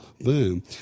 boom